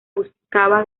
buscaba